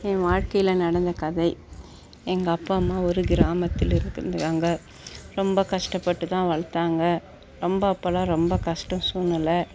என் வாழ்க்கையில் நடந்த கதை எங்கள் அப்பா அம்மா ஒரு கிராமத்தில் இருக்கிறவங்கதாங்க ரொம்ப கஷ்டப்பட்டு தான் வளர்த்தாங்க ரொம்ப அப்போலாம் ரொம்ப கஷ்டம் சூழ்நில